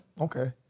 Okay